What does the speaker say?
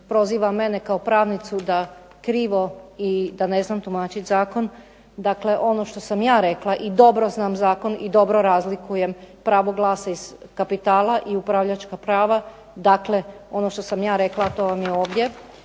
proziva mene kao pravnicu da krivo i da ne znam tumačiti zakon. Dakle, ono što sam ja rekla i dobro znam zakon i dobro razlikujem pravo glasa iz kapitala i upravljačka prava. Dakle, ono što sam ja rekla a to vam je ovdje.